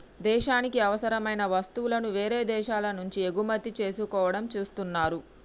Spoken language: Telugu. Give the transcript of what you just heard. దేశానికి అవసరమైన వస్తువులను వేరే దేశాల నుంచి దిగుమతి చేసుకోవడం చేస్తున్నరు